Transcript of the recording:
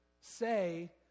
say